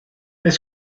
est